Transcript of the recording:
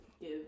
give